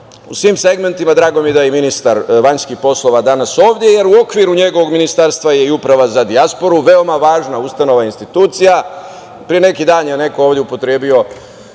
u svim segmentima, drago mi je da je i ministar spoljnih poslova danas ovde, jer u okviru njegovog ministarstva je i Uprava za dijasporu, veoma važna ustanova. Pre neki dan je neko ovde rekao